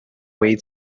way